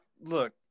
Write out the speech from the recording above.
look